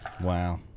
wow